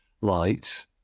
light